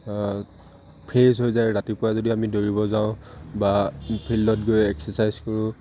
fresh হৈ যায় ৰাতিপুৱা যদি আমি দৌৰিব যাওঁ বা ফিল্ডত গৈ এক্সেচাইজ কৰোঁ